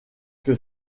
que